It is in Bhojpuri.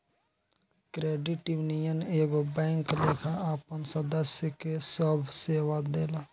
क्रेडिट यूनियन एगो बैंक लेखा आपन सदस्य के सभ सेवा देला